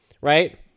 Right